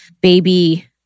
baby